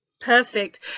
perfect